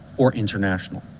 or international